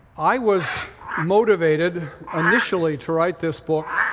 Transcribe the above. i was motivated initially to write this book